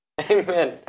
Amen